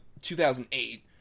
2008